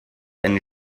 eine